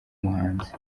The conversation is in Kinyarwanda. umuhanzi